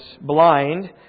blind